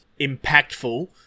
impactful